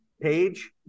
page